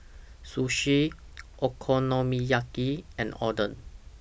Sushi Okonomiyaki and Oden